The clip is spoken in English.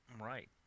Right